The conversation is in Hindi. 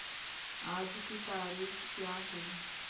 आज की तारीख़ क्या है